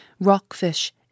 rockfish